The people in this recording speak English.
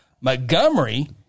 Montgomery